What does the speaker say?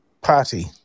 party